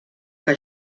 que